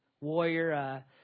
warrior